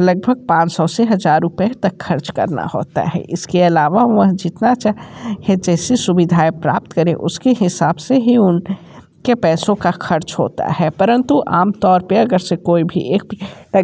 लगभग पाँच सौ से हजार रुपए तक खर्च करना होता है इसके अलावा वह जितना चाहिए जैसे सुविधाएँ प्राप्त करें उसके हिसाब से ही उनके पैसों का खर्च होता है परंतु आमतौर पे अगर कोई भी एक